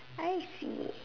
I see